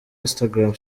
instagram